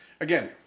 again